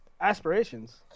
Aspirations